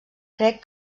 crec